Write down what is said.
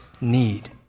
need